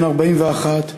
בן 41,